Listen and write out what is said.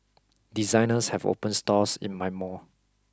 designers have opened stores in my mall